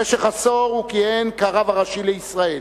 במשך עשור הוא כיהן כרב הראשי לישראל.